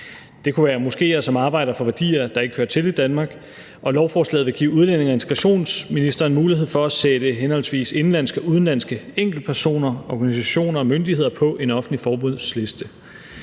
det kunne være moskéer, som arbejder for værdier, der ikke hører til i Danmark. Lovforslaget vil give udlændinge- og integrationsministeren mulighed for at sætte henholdsvis indenlandske og udenlandske enkeltpersoner, organisationer og myndigheder på en offentlig forbudsliste.